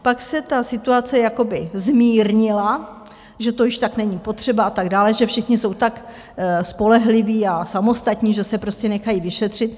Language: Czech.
Pak se ta situace zmírnila, že to již tak není potřeba a tak dále, že všichni jsou tak spolehliví a samostatní, že se prostě nechají vyšetřit.